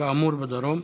כאמור, בדרום,